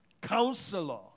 Counselor